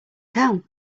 town